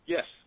Yes